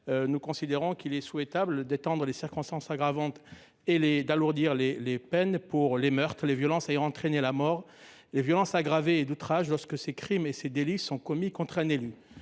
Nous considérons qu’il est souhaitable d’étendre les circonstances aggravantes et d’alourdir les peines pour les meurtres, les violences ayant entraîné la mort, les violences aggravées et les outrages lorsque ces crimes et ces délits sont commis contre un élu.